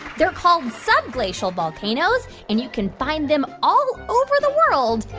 they're called subglacial volcanoes. and you can find them all over the world,